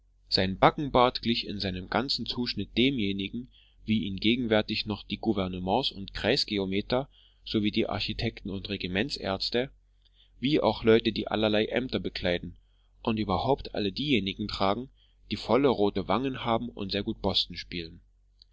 sein backenbart glich in seinem ganzen zuschnitt demjenigen wie ihn gegenwärtig noch die gouvernements und kreisgeometer sowie die architekten und regimentsärzte wie auch leute die allerlei ämter bekleiden und überhaupt alle diejenigen tragen die volle rote wangen haben und sehr gut boston spielen